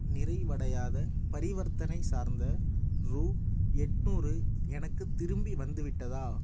நிறைவடையாத பரிவர்த்தனை சார்ந்த ரூ எட்நூறு எனக்குத் திரும்பி வந்துவிட்டதா